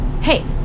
Hey